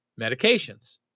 medications